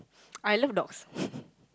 I love dogs